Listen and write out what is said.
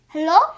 Hello